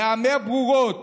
ייאמר ברורות: